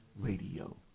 Radio